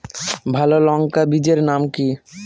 ভালো লঙ্কা বীজের নাম কি?